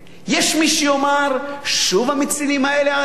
יש מי שיאמר: שוב המצילים האלה עלינו?